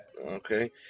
Okay